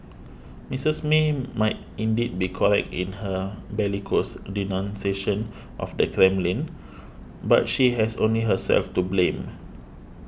Misses May might indeed be correct in her bellicose denunciation of the Kremlin but she has only herself to blame